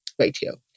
ratio